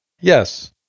yes